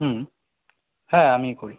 হুম হ্যাঁ আমিই করি